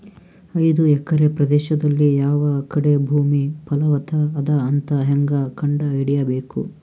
ಐದು ಎಕರೆ ಪ್ರದೇಶದಲ್ಲಿ ಯಾವ ಕಡೆ ಭೂಮಿ ಫಲವತ ಅದ ಅಂತ ಹೇಂಗ ಕಂಡ ಹಿಡಿಯಬೇಕು?